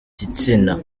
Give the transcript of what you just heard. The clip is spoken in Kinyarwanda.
gitsina